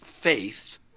faith